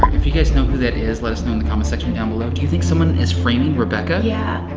but if you guys know who that is, let us know in the comment section down below. do you think someone is framing rebecca? yeah.